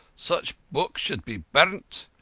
such books should be burnt.